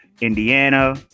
Indiana